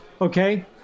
okay